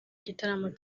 igitaramo